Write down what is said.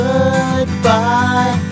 Goodbye